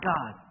God